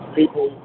people